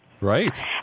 Right